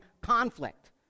conflict